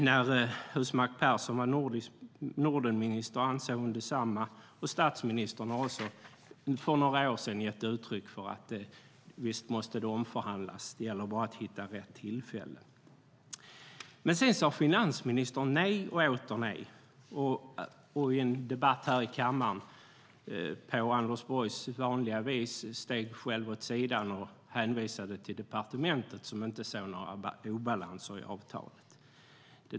När Husmark Pehrsson var Nordenminister ansåg hon detsamma. Statsministern har också för några år sedan gett uttryck för att det måste omförhandlas; det gäller bara att hitta rätt tillfälle. Men sedan sade finansministern nej och åter nej. I en debatt här i kammaren steg Anders Borg på sitt vanliga vis åt sidan och hänvisade till departementet som inte såg några obalanser i avtalet.